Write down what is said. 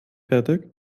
fertig